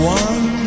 one